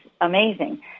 amazing